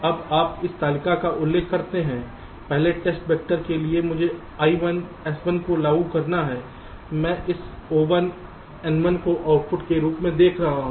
अब आप इस तालिका का उल्लेख करते हैं पहले टेस्ट वेक्टर के लिए मुझे I1 S1 को लागू करना है मैं इस O1 N1 को आउटपुट के रूप में देख रहा हूं